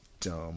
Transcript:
Dumb